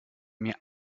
mir